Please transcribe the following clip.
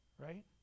right